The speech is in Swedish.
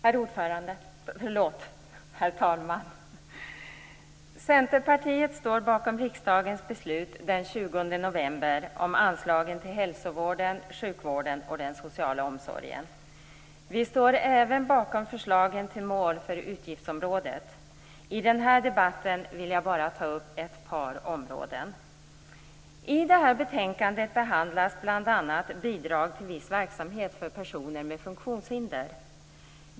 Herr talman! Centerpartiet står bakom riksdagens beslut den 20 november om anslagen till hälsovården, sjukvården och den sociala omsorgen. Vi står även bakom förslagen till mål för utgiftsområdet. I denna debatt vill jag endast ta upp ett par områden. I detta betänkande behandlas bl.a. bidrag till viss verksamhet för personer med funktionshinder.